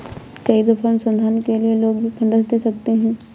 कई दफा अनुसंधान के लिए लोग भी फंडस दे सकते हैं